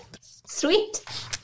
Sweet